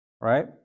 right